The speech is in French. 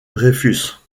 dreyfus